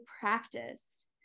practice